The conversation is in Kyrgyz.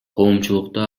коомчулукта